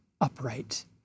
upright